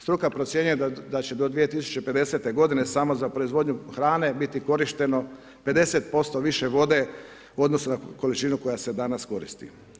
Struka procjenjuje da će do 2050. godine samo za proizvodnju hrane biti korišteno 50% više vode u odnosu na količinu koje se danas koristi.